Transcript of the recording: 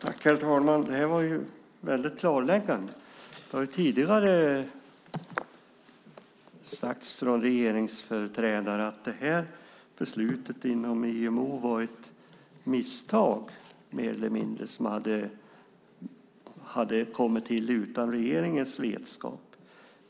Herr talman! Det här var klarläggande. Det har tidigare sagts från regeringsföreträdare att beslutet inom IMO var mer eller mindre ett misstag och hade fattats utan regeringens vetskap.